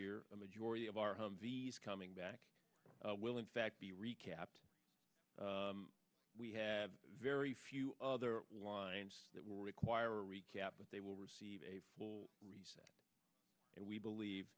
year the majority of our humvees coming back willing fact be recapped we have very few other lines that will require recap but they will receive a full reset and we believe